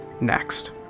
Next